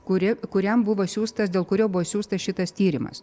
kuri kuriam buvo siųstas dėl kurio buvo išsiųstas šitas tyrimas